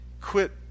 quit